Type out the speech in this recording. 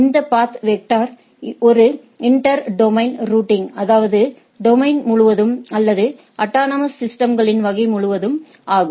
இந்த path vector ஒரு inter domain routing அதாவது டொமைன் முழுவதும் அல்லது அட்டானமஸ் சிஸ்டம்களின் வகை முழுவதும் ஆகும்